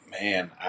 Man